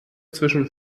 zwischen